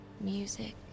music